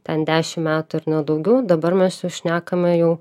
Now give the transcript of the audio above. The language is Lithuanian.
ten dešimt metų ir ne daugiau dabar mes jau šnekame jau